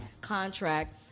contract